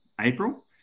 April